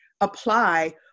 apply